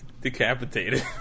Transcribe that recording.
decapitated